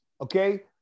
Okay